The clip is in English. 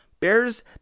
bears